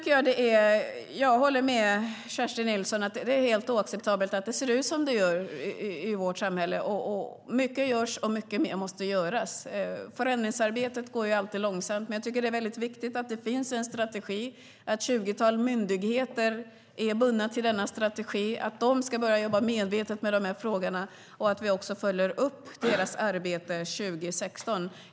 Jag håller med Kerstin Nilsson om att det är helt oacceptabelt att det ser ut som det gör i vårt samhälle. Mycket görs, och mycket mer måste göras. Förändringsarbetet går alltid långsamt. Men jag tycker att det är väldigt viktigt att det finns en strategi, att ett 20-tal myndigheter är bundna till denna strategi, att de ska börja jobba medvetet med de här frågorna och att vi också följer upp deras arbete 2016.